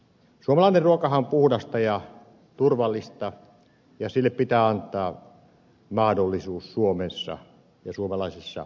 suomalainen ruokahan on puhdasta ja turvallista ja sille pitää antaa mahdollisuus suomessa ja suomalaisessa maatalouspolitiikassa